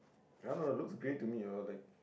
I don't know looks grey to me or like